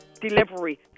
delivery